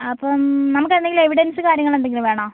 അപ്പം നമുക്കെന്തെങ്കിലും എവിടെൻസ് കാര്യങ്ങളെന്തെങ്കിലും വേണോ